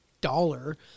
dollar